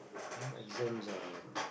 yeah exams are